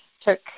took